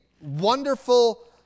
wonderful